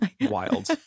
wild